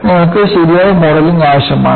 അതിനാൽ നിങ്ങൾക്ക് ശരിയായ മോഡലിംഗ് ആവശ്യമാണ്